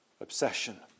obsession